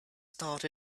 start